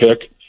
pick